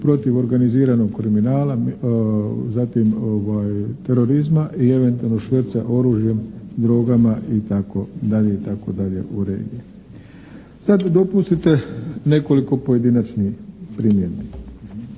protiv organiziranog kriminala zatim terorizma i eventualnog šverca oružjem, drogama itd. u regiji. Sad dopustite nekoliko pojedinačnih primjedbi.